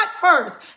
first